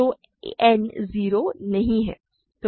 तो n 0 नहीं है